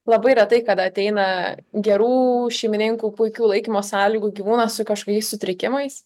labai retai kada ateina gerų šeimininkų puikių laikymo sąlygų gyvūnas su kažkokiais sutrikimais